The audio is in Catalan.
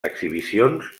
exhibicions